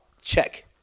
Check